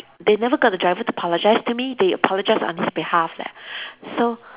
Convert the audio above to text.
they never got the driver to apologise to me they apologised on his behalf leh so